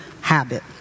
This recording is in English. habit